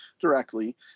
directly